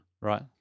Right